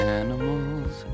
animals